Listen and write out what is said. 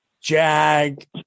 jag